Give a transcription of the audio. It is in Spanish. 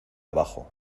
abajo